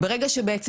ברגע שבעצם,